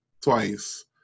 twice